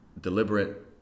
deliberate